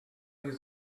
you